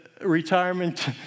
retirement